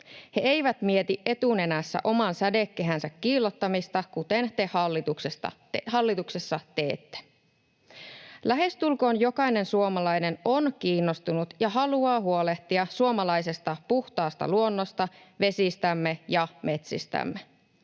He eivät mieti etunenässä oman sädekehänsä kiillottamista, kuten te hallituksessa teette. Lähestulkoon jokainen suomalainen on kiinnostunut ja haluaa huolehtia suomalaisesta puhtaasta luonnosta, vesistämme ja metsistämme.